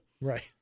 Right